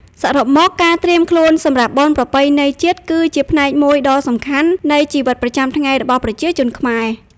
សរុបមក ការត្រៀមខ្លួនសម្រាប់បុណ្យប្រពៃណីជាតិគឺជាផ្នែកមួយដ៏សំខាន់នៃជីវិតប្រចាំថ្ងៃរបស់ប្រជាជនខ្មែរ។